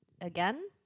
again